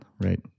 right